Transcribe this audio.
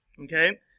okay